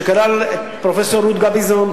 שכלל את פרופסור רות גביזון,